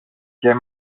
και